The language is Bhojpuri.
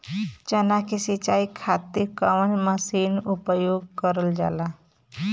चना के सिंचाई खाती कवन मसीन उपयोग करल जाला?